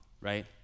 right